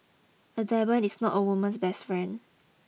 a diamond is not a woman's best friend